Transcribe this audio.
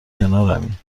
کنارمی